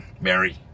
mary